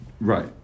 Right